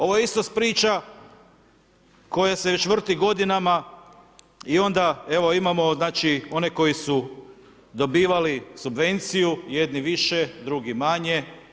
Ovo je isto priča koja se već vrti godinama i onda evo imamo znači, one koji su dobivali subvenciju, jedni više, drugi manje.